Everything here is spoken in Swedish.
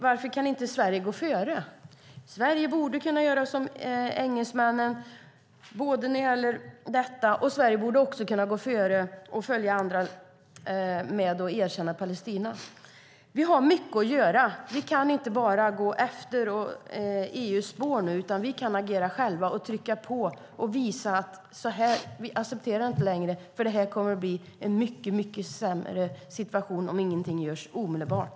Varför kan inte Sverige gå före? Sverige borde kunna göra som engelsmännen när det gäller detta, och Sverige borde kunna följa andra i att erkänna Palestina. Vi har mycket att göra. Vi kan inte bara gå efter i EU:s spår nu, utan vi kan agera själva och trycka på. Vi kan visa att vi inte längre accepterar detta. Det kommer nämligen att bli en mycket sämre situation om ingenting görs omedelbart.